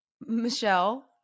Michelle